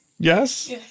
Yes